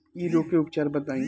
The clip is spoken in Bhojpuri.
इ रोग के उपचार बताई?